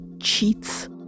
cheats